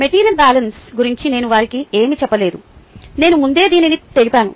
material balance గురించి నేను వారికి ఏమీ చెప్పలేదు నేను ముందే దీనిని తెలిపాను